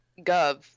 gov